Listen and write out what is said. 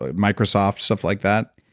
ah microsoft, stuff like that?